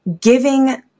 giving